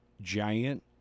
giant